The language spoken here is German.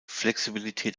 flexibilität